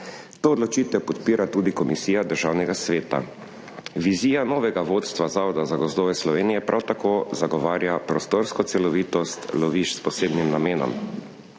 To odločitev podpira tudi komisija Državnega sveta. Vizija novega vodstva Zavoda za gozdove Slovenije prav tako zagovarja prostorsko celovitost lovišč s posebnim namenom,